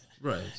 Right